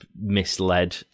misled